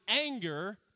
anger